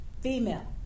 Female